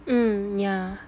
mm yeah